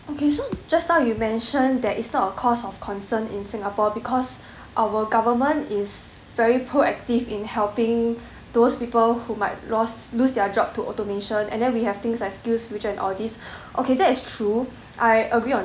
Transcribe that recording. okay so just now you mention that it's not a cause of concern in singapore because our government is very proactive in helping those people who might lost lose their job to automation and then we have things like skillsfuture and all these okay that is true I agree on